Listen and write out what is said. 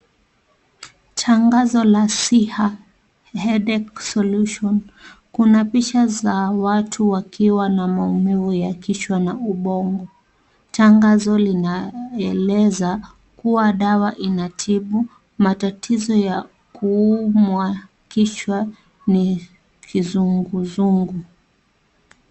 Tangazo la siha headache solution , kuna picha za watu wakiwa na maumivu ya kichwa na ubongo. Tangazo linaeleza kuwa dawa inatibu matatizo ya kuumwa kichwa ni kizunguzungu.